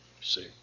see